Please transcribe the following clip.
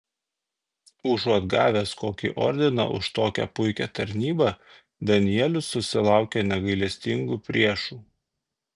užuot gavęs kokį ordiną už tokią puikią tarnybą danielius susilaukia negailestingų priešų